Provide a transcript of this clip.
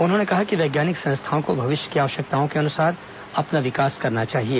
उन्होंने कहा कि वैज्ञानिक संस्थाओं को भविष्य की आवश्यकताओं के अनुसार अपना विकास करना चाहिए